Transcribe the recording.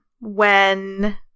when-